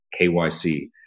KYC